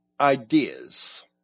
ideas